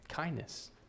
Kindness